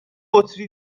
بطری